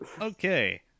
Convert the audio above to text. Okay